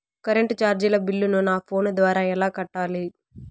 Current చార్జీల బిల్లును, నా ఫోను ద్వారా ఎలా కట్టాలి?